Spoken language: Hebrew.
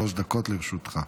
שלוש דקות לרשותך.